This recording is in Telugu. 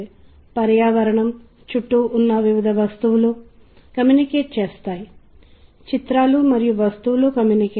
మీ సంగీతం మూలాధారమైన శబ్దం లేదా ఓం వినబడని శబ్దం లేదా నాధ మూలంలోకి వినబడని ధ్వనిని కలిగి ఉంటుంది ఇది మన ప్రసంగం మరియు సంగీతంతో సహా వినగలిగే అన్నింటికీ మూలంగా ఉంటుంది